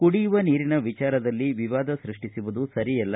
ಕುಡಿಯುವ ನೀರಿನ ವಿಚಾರದಲ್ಲಿ ವಿವಾದ ಸೃಷ್ಟಿಸುವುದು ಸರಿಯಲ್ಲ